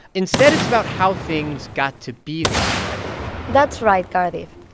instead, it's about how things got to be this way that's right, cardiff.